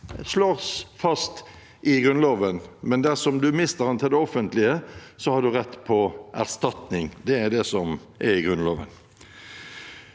slås fast i Grunnloven, men dersom du mister den til det offentlige, har du rett på erstatning. Det er det som er i Grunnloven.